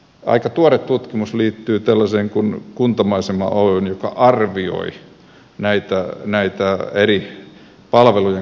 aika tuore tutkimus liittyy tällaiseen kuin kuntamaisema oy joka arvioi näitä eri palveluiden kustannuksia